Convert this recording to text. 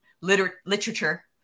literature